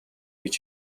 гэж